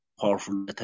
Powerful